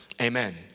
amen